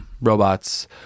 robots